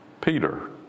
Peter